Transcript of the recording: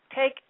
take